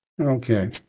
Okay